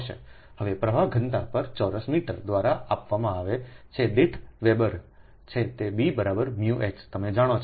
હવે પ્રવાહ ઘનતા પર ચોરસ મીટર દ્વારા આપવામાં આવે છે દીઠ વેબર છે તેBμH તમે જાણો છો